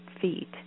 feet